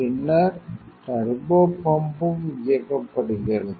பின்னர் டர்போபம்பும் இயக்கப்படுகிறது